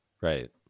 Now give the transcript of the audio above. Right